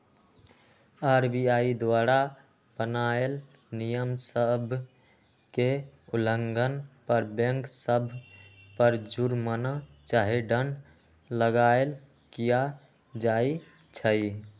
RBI द्वारा बनाएल नियम सभ के उल्लंघन पर बैंक सभ पर जुरमना चाहे दंड लगाएल किया जाइ छइ